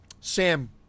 Sam